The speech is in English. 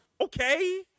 Okay